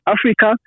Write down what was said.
Africa